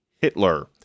Hitler